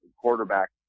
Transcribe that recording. quarterback